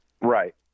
Right